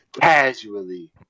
Casually